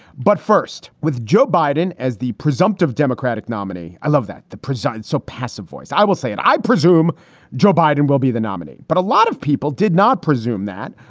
but first, with joe biden as the presumptive democratic nominee. i love that the present is so passive voice. i will say it. i presume joe biden will be the nominee. but a lot of people did not presume that.